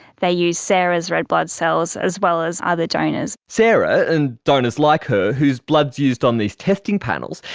they use sarah's red blood cells as well as other donors. sarah and donors like her whose blood is used on these testing panels,